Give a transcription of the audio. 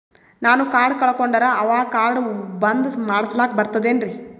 ನಾನು ಕಾರ್ಡ್ ಕಳಕೊಂಡರ ಅವಾಗ ಕಾರ್ಡ್ ಬಂದ್ ಮಾಡಸ್ಲಾಕ ಬರ್ತದೇನ್ರಿ?